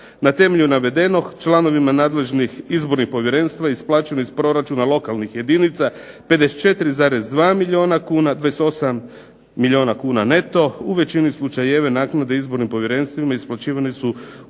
Na temelju navedenog članovima nadležnih izbornih povjerenstva isplaćeno je iz proračuna lokalnih jedinica 54,2 milijuna kuna, 28 milijuna kuna neto, u većini slučajeva naknade izbornim povjerenstvima isplaćivane su u